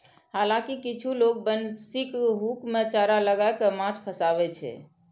हालांकि किछु लोग बंशीक हुक मे चारा लगाय कें माछ फंसाबै छै